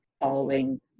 following